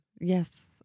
Yes